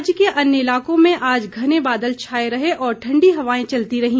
राज्य के अन्य इलाकों में आज घने बादल छाए रहे और ठण्डी हवाएं चलती रहीं